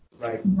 Right